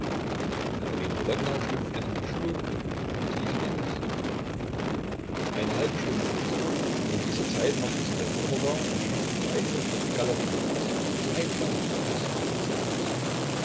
lwowna schlüpfte in die schuhe und lief hinaus eine halbe stunde blieb sie fort in dieser zeit machte sie den samowar und schlich sich leise auf die galerie hinaus bleib da flüsterte sie ssergej zu